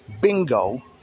Bingo